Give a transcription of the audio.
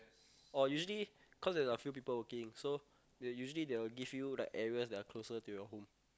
oh usually cause there's a few people working so they usually they will give you like areas that are closer to your home